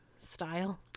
style